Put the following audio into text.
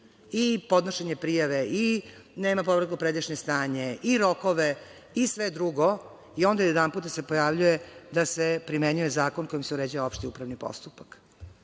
i podnošenje prijave i nema povratka u pređašnje stanje i rokove i sve drugo, a onda odjedanput se pojavljuje da se primenjuje zakon kojim se uređuje opšti upravni postupak. Moja